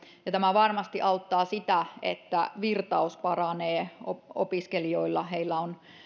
ja tämä varmasti auttaa siinä että virtaus paranee opiskelijoilla heillä on